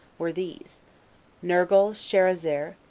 were these nergal sharezer,